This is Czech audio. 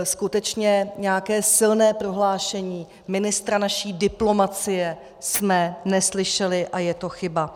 Skutečně nějaké silné prohlášení ministra naší diplomacie jsme neslyšeli, a je to chyba.